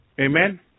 Amen